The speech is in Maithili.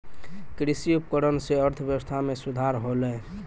कृषि उपकरण सें अर्थव्यवस्था में सुधार होलय